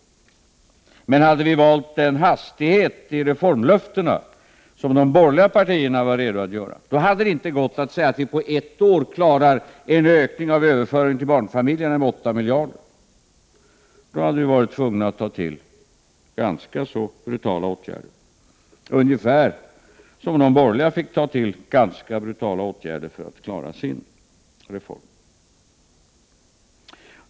Hade vi emellertid valt den hastighet i reformlöftena som de borgerliga partierna var redo att välja, då hade det inte gått att klara en ökning av överföringarna till barnfamiljerna med 8 miljarder, utan då hade vi varit tvungna att ta till ganska brutala åtgärder, ungefär på det sätt som de borgerliga fick ta till ganska brutala åtgärder för att klara sin reform.